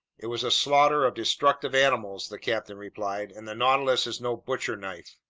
it was a slaughter of destructive animals, the captain replied, and the nautilus is no butcher knife.